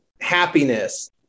happiness